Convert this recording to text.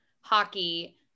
hockey